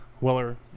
Weller